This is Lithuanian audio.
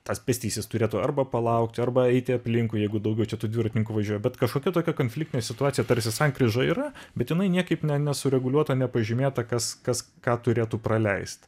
tas pėstysis turėtų arba palaukti arba eiti aplinkui jeigu daugiau čia tų dviratininkų važiuoja bet kažkokia tokia konfliktinė situacija tarsi sankryža yra bet jinai niekaip ne nesureguliuota nepažymėta kas kas ką turėtų praleist